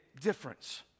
difference